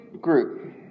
group